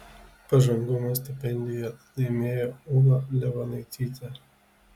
pažangumo stipendiją laimėjo ūla levanaitytė